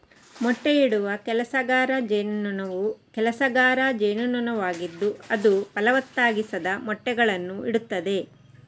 ಮೊಟ್ಟೆಯಿಡುವ ಕೆಲಸಗಾರ ಜೇನುನೊಣವು ಕೆಲಸಗಾರ ಜೇನುನೊಣವಾಗಿದ್ದು ಅದು ಫಲವತ್ತಾಗಿಸದ ಮೊಟ್ಟೆಗಳನ್ನು ಇಡುತ್ತದೆ